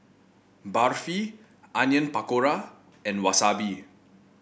Barfi Onion Pakora and Wasabi